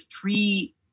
three